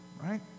right